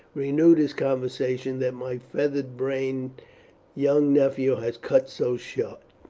renew this conversation that my feather brained young nephew has cut so short.